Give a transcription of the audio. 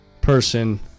person